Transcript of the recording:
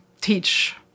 teach